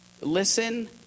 listen